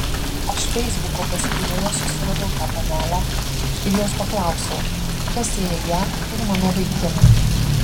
aš feisbuko paskyroje susiradau tą panelę ir jos paklausiau kas sieja ją ir mano vaikiną